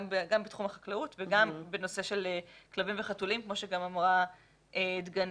גם בתחום החקלאות וגם בנושא של כלבים וחתולים כמו שגם אמרה דגנית.